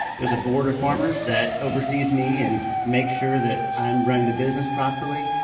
there's a board of farmers that oversees me and makes sure that i'm running the business properly,